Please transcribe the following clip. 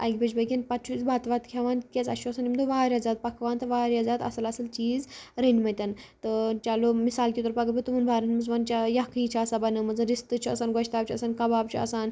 اکہِ بجہِ بٲگۍ پتہٕ چھِ أسۍ بتہٕ وتہٕ کھیٚوان تِکیٛازِ اسہِ چھُ آسان تمہِ دۄہہ واریاہ زیادٕ پکوان تہٕ واریاہ زیادٕ اصٕل اصٕل چیٖز رٔنمٕتۍ تہٕ چلو مثال کے طور پر اگر بہٕ تِمن بارن منٛز ونہٕ چاہے یکھنی چھِ آسان بنٲومٕژ رستہٕ چھِ آسان گۄشتاب چھِ آسان کباب چھِ آسان